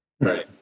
Right